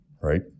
right